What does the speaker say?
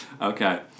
Okay